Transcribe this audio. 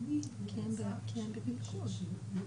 נמצאת איתנו בזום, נבקש ממנה